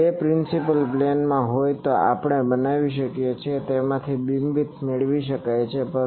જો બે પ્રિન્સીપલ પ્લેનમાં હોય તો આપણે બનાવી શકીએ છીએ તેમાંથી બીમવિડ્થ મેળવીએ છીએ